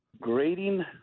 grading